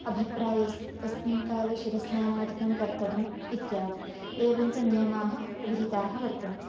अभिप्रायस्तु तस्मिन् काले शिरस्नानादिकं कर्तव्यम् इत्यादि एवं च नियमाः विहिताः वर्तन्ते